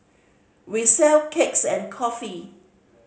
we sell cakes and coffee